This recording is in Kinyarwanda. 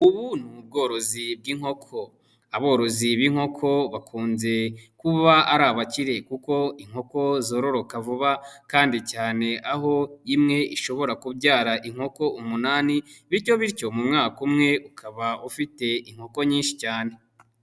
Ubu ni ubworozi bw'inkoko, aborozi b'inkoko bakunze kuba ari abakire kuko inkoko zororoka vuba kandi cyane aho imwe ishobora kubyara inkoko umunani bityo bityo mu mwaka umwe ukaba ufite inkoko nyinshi cyane.